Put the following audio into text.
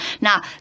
Now